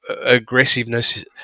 aggressiveness